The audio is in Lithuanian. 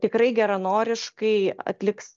tikrai geranoriškai atliks